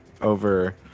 over